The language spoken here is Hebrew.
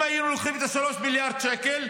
אם היינו לוקחים את ה-3 מיליארד שקל,